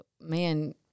man